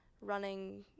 running